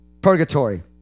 Purgatory